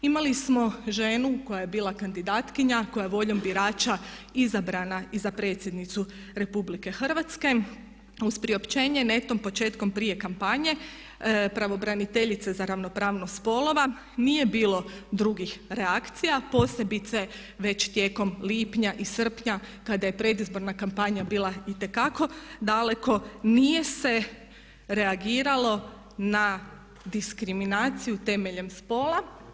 Imali smo ženu koja je bila kandidatkinja, koja je voljom birača izabrana i za predsjednicu Republike Hrvatske uz priopćenje netom početkom prije kampanje pravobraniteljica za ravnopravnost spolova nije bilo drugih reakcija posebice već tijekom lipnja i srpnja kada je predizborna kampanja bila itekako daleko nije se reagiralo na diskriminaciju temeljem spola.